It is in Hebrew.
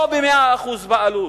לא ב-100% בעלות,